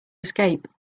escape